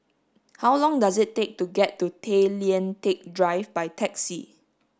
how long does it take to get to Tay Lian Teck Drive by taxi